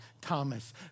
Thomas